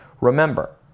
Remember